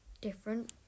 different